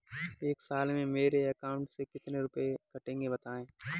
एक साल में मेरे अकाउंट से कितने रुपये कटेंगे बताएँ?